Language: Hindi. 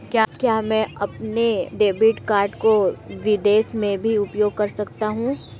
क्या मैं अपने डेबिट कार्ड को विदेश में भी उपयोग कर सकता हूं?